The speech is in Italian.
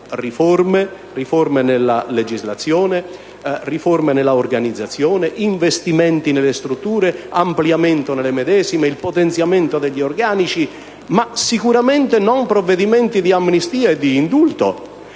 - riforme nella legislazione, riforme nell'organizzazione, investimenti nelle strutture, ampliamento delle medesime, potenziamento degli organici - ma sicuramente non lo sono altrettanto i provvedimenti di amnistia e di indulto,